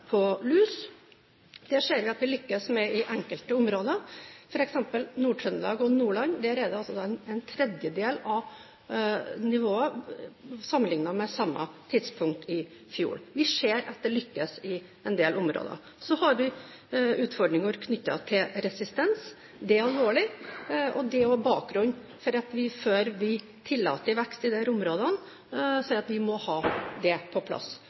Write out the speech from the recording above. på lus. Det ser vi at vi lykkes med i enkelte områder, f.eks. i Nord-Trøndelag og Nordland, der nivået altså er en tredjedel sammenlignet med samme tidspunkt i fjor. Vi ser at vi lykkes i en del områder. Så har vi utfordringer knyttet til resistens. Det er alvorlig, og det er også bakgrunnen for at vi før vi tillater vekst i disse områdene, sier at vi må ha det på plass.